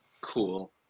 Cool